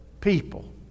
people